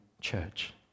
church